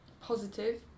positive